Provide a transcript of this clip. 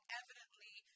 evidently